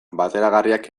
bateragarriak